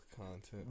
content